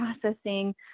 processing